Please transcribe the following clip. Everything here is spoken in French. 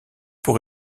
pour